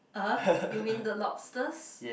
uh you mean the lobsters